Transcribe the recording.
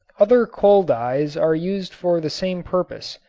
other coal-tar dyes are used for the same purpose,